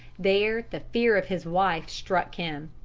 there the fear of his wife struck him.